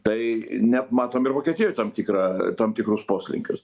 tai ne matom ir vokietijoj tam tikrą tam tikrus poslinkius